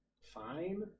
fine